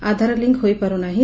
ଆଧାର link ହୋଇ ପାରୁନାହିଁ